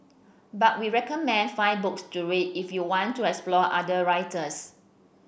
but we recommend five books to read if you want to explore other writers